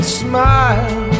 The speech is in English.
smile